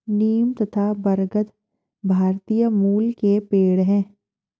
नीम तथा बरगद भारतीय मूल के पेड है